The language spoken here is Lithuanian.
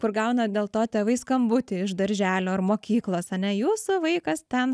kur gauna dėl to tėvai skambutį iš darželio ar mokyklos ane jūsų vaikas ten